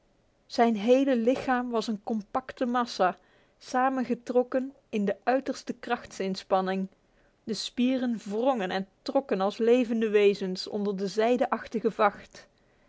zijn hele lichaam was een compacte massa samengetrokken in de uiterste krachtsinspanning de spieren wrongen en trokken als levende wezens onder de zijdeachtige vacht